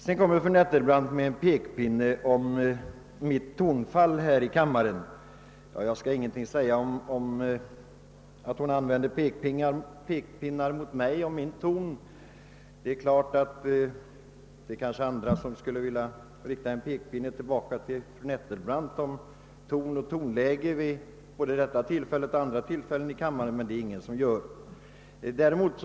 Sedan höll fru Nettelbrandt fram en pekpinne och anmärkte på mitt tonfall. Jag skall inte säga någonting om att hon använder pekpinnen mot mig och anmärker på min ton. Det finns kanske andra som skulle vilja påtala fru Nettelbrandts tonläge både vid detta tillfälle och vid andra tillfällen här i kammaren, men det är ingen som gör det.